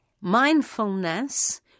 mindfulness